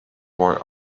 boy